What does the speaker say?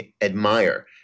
admire